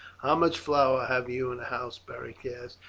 how much flour have you in the house? beric asked,